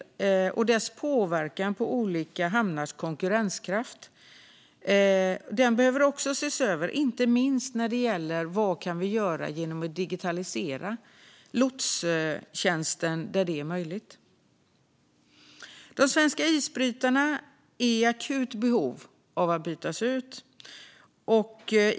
Deras påverkan på olika hamnars konkurrenskraft behöver samtidigt ses över, inte minst vad gäller vad vi kan göra genom att digitalisera lotstjänsten där det är möjligt. De svenska isbrytarna är i akut behov av att bytas ut.